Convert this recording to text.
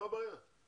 מה הבעיה?